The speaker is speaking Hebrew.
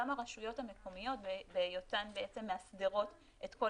גם הרשויות המקומיות בהיותן בעצם מהסדרות את כל